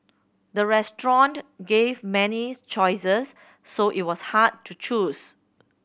the restaurant gave many choices so it was hard to choose